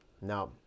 No